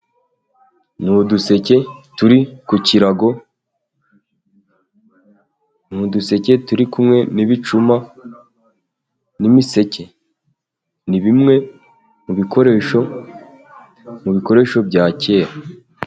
N'uduseke turi ku kirago n'uduseke turi kumwe n'ibicuma n'imiseke, n'ibimwe mu bikoresho bya kera.